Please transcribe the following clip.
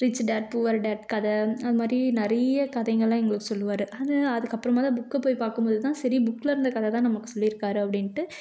rich dad poor dad கதை அதுமாதிரி நிறையா கதைங்கள்லாம் எங்களுக்கு சொல்லுவார் அது அதுக்கப்புறமா தான் புக்கை போய் பார்க்கும்மோது தான் சரி புக்கில இருந்த கதை தான் நமக்கு சொல்லியிருக்காரு அப்படின்ட்டு